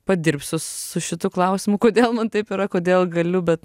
padirbsiu su šitu klausimu kodėl man taip yra kodėl galiu bet